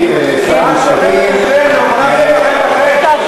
אנחנו נילחם בגזירות שלכם.